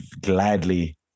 gladly